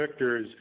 vectors